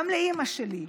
גם לאימא שלי,